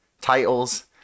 titles